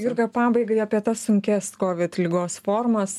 jurga pabaigai apie tas sunkias kovid ligos formas